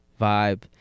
vibe